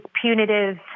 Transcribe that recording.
punitive